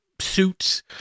suits